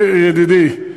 ידידי,